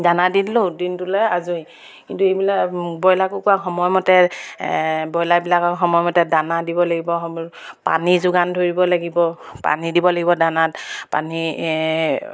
দানা দি দিলোঁ দিনটোলৈ আজৰি কিন্তু এইবিলাক ব্ৰইলাৰ কুকুৰা সময়মতে ব্ৰইলাৰবিলাকক সময়মতে দানা দিব লাগিব সময় পানী যোগান ধৰিব লাগিব পানী দিব লাগিব দানাত পানী